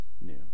new